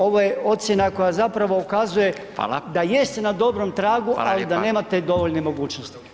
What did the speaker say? Ovo je ocjena koja zapravo ukazuje da jeste na dobro tragu, ali da nemate dovoljno mogućnosti.